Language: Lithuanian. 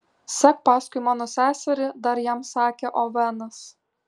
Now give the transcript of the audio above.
sek paskui mano seserį dar jam sakė ovenas